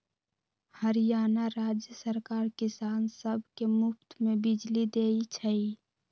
हरियाणा राज्य सरकार किसान सब के मुफ्त में बिजली देई छई